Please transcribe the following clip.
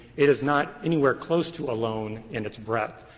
it is not anywhere close to alone in its breadth.